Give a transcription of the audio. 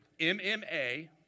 MMA